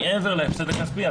מעבר להפסד הכספי.